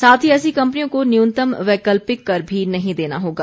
साथ ही ऐसी कम्पनियों को न्यूनतम वैकल्पिक कर भी नहीं देना होगा